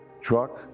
truck